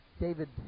David